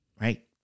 right